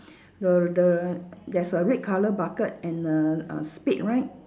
the the there's a red colour bucket and a a spade right